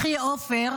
אחי עופר,